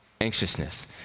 anxiousness